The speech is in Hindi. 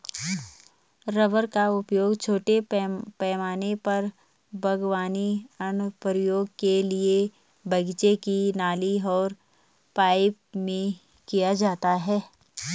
रबर का उपयोग छोटे पैमाने पर बागवानी अनुप्रयोगों के लिए बगीचे की नली और पाइप में किया जाता है